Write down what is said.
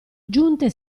giunte